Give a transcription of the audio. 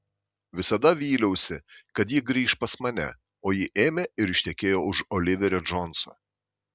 visada vyliausi kad ji grįš pas mane o ji ėmė ir ištekėjo už oliverio džonso